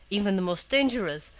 even the most dangerous,